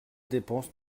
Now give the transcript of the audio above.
dépenses